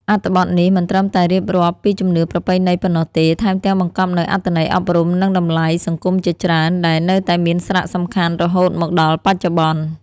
អត្ថបទនេះ មិនត្រឹមតែរៀបរាប់ពីជំនឿប្រពៃណីប៉ុណ្ណោះទេ ថែមទាំងបង្កប់នូវអត្ថន័យអប់រំ និងតម្លៃសង្គមជាច្រើន ដែលនៅតែមានសារៈសំខាន់រហូតមកដល់បច្ចុប្បន្ន។